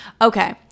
okay